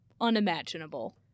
unimaginable